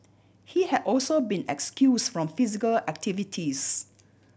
he had also been excused from physical activities